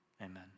Amen